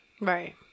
Right